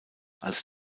als